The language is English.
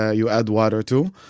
ah you add water to.